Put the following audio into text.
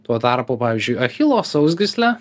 tuo tarpu pavyzdžiui achilo sausgyslė